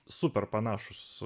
super panašūs